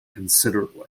considerably